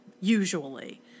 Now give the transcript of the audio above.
usually